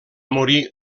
morir